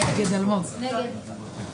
מי נמנע?